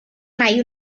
mai